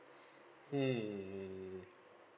hmm